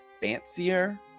Fancier